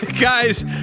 guys